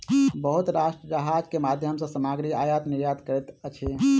बहुत राष्ट्र जहाज के माध्यम सॅ सामग्री आयत निर्यात करैत अछि